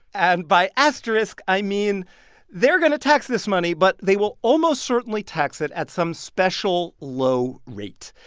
and by asterisk, i mean they're going to tax this money. but they will almost certainly tax it at some special low rate.